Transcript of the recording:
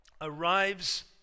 arrives